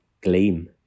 Gleam